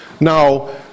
Now